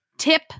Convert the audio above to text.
Tip